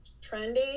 trendy